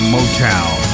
Motown